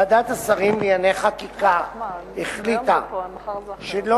ועדת השרים לענייני חקיקה החליטה שלא